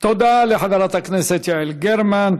תודה לחברת הכנסת יעל גרמן.